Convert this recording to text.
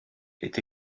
est